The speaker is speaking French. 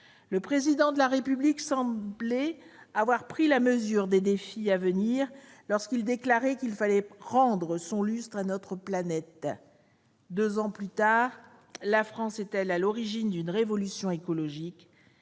Le Président de la République semblait avoir pris la mesure des défis à venir lorsqu'il déclarait qu'il fallait rendre son lustre à notre planète. Deux ans plus tard, la France est-elle à l'origine d'une révolution écologique,